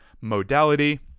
modality